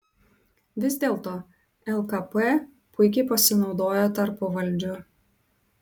vis dėlto lkp puikiai pasinaudojo tarpuvaldžiu